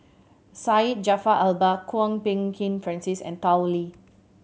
Syed Jaafar Albar Kwok Peng Kin Francis and Tao Li